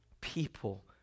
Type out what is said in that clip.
people